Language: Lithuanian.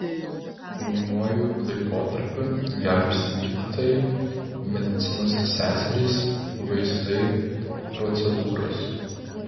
ūmiuoju laikotarpiu gelbsti gydytojai medicinos seserys vaistai procedūros